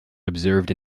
observed